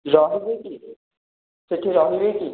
ରହିବେ କି ସେଇଠି ରହିବେ କି